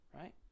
Right